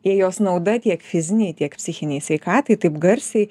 jai jos nauda tiek fizinei tiek psichinei sveikatai taip garsiai